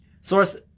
Source